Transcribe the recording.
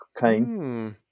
Caine